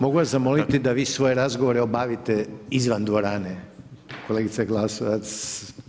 Mogu vas zamoliti da vi svoje razgovore obavite izvan dvorane kolegice Glasovac?